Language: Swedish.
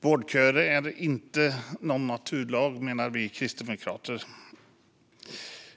Vårdköer är inte någon naturlag, menar vi kristdemokrater.